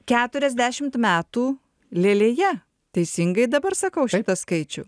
keturiasdešimt metų lėlėje teisingai dabar sakau šitą skaičių